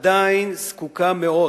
עדיין זקוקה מאוד